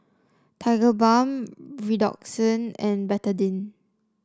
Tigerbalm Redoxon and Betadine